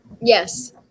Yes